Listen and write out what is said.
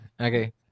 Okay